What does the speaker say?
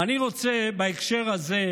אני רוצה בהקשר הזה,